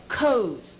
codes